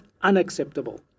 unacceptable